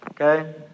Okay